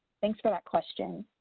thanks for that question.